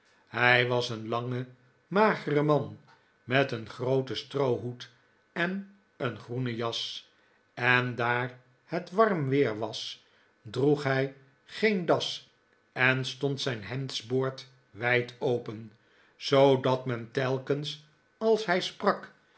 hij was een lange magere man met een grooten stroohoed en een groene jas en daar het warm weer was droeg hij geen das en stond zijn hemdsboord wijd open zoodat men telkens als hij sprak